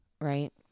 right